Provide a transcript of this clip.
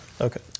Okay